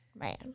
Man